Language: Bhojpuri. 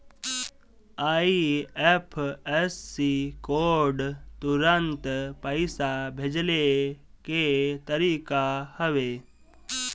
आई.एफ.एस.सी कोड तुरंत पईसा भेजला के तरीका हवे